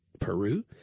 Peru